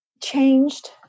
changed